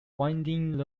winding